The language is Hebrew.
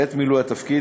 בעת מילוי תפקיד,